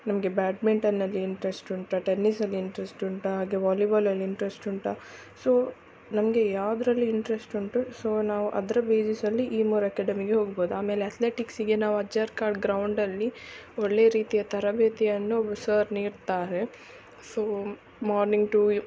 ನಮಗೆ ಬ್ಯಾಡ್ಮಿಂಟನ್ನಲ್ಲಿ ಇಂಟ್ರೆಶ್ಟ್ ಉಂಟ ಟೆನ್ನೀಸಲ್ಲಿ ಇಂಟ್ರೆಸ್ಟ್ ಉಂಟಾ ಹಾಗೆ ವಾಲಿಬೋಲಲ್ಲಿ ಇಂಟ್ರೆಶ್ಟ್ ಉಂಟ ಸೊ ನಮಗೆ ಯಾವುದ್ರಲ್ಲಿ ಇಂಟ್ರೆಶ್ಟ್ ಉಂಟು ಸೊ ನಾವು ಅದರ ಬೇಸಿಸಲ್ಲಿ ಈ ಮೂರು ಎಕ್ಯಾಡೆಮಿಗೆ ಹೋಗ್ಬೋದು ಆಮೇಲೆ ಅತ್ಲೆಟಿಕ್ಸಿಗೆ ನಾವು ಅಜ್ಜರ್ಕಾಡು ಗ್ರೌಂಡಲ್ಲಿ ಒಳ್ಳೆ ರೀತಿಯ ತರಬೇತಿಯನ್ನು ಒಬ್ರು ಸರ್ ನೀಡ್ತಾರೆ ಸೊ ಮೋರ್ನಿಂಗ್ ಟು ಯು